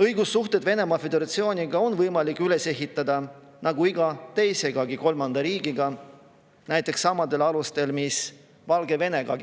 Õigussuhted Venemaa Föderatsiooniga on võimalik üles ehitada nagu iga teisegi kolmanda riigiga, näiteks samadel alustel, mis Valgevenega: